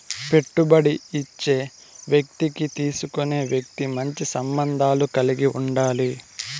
పెట్టుబడి ఇచ్చే వ్యక్తికి తీసుకునే వ్యక్తి మంచి సంబంధాలు కలిగి ఉండాలి